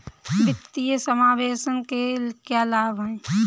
वित्तीय समावेशन के क्या लाभ हैं?